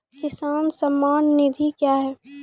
किसान सम्मान निधि क्या हैं?